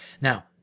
Now